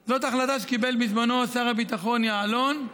זו החלטה שקיבל בזמנו שר הביטחון יעלון,